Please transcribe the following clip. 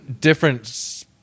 different